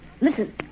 Listen